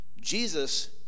Jesus